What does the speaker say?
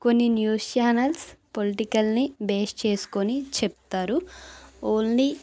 కొన్ని news channels పొలిటికల్ని base చేసుకుని చెప్తారు ఓన్లీ